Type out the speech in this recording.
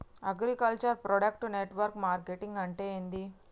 Agriculture product network marketing అంటే ఏంది?